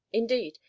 indeed,